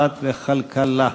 דת וכלכלה,